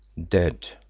dead,